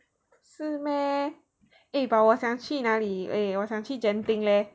是 meh eh but 我想去哪里 eh 我想去 Genting leh